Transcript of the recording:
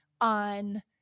on